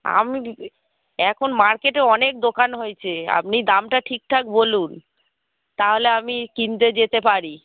আমি এখন মার্কেটে অনেক দোকান হয়েছে আপনি দামটা ঠিকঠাক বলুন তাহলে আমি কিনতে যেতে পারি